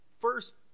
first